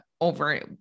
over